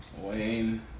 Wayne